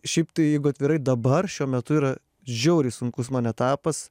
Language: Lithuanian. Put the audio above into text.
šiaip tai jeigu atvirai dabar šiuo metu yra žiauriai sunkus man etapas